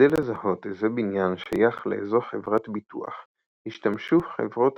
כדי לזהות איזה בניין שייך לאיזו חברת ביטוח השתמשו חברות